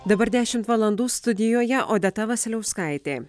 dabar dešimt valandų studijoje odeta vasiliauskaitė